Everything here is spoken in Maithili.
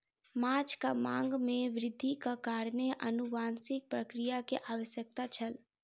माँछक मांग में वृद्धि के कारण अनुवांशिक प्रक्रिया के आवश्यकता छल